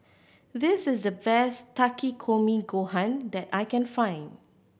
this is the best Takikomi Gohan that I can find